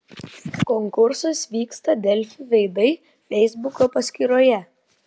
konkursas vyksta delfi veidai feisbuko paskyroje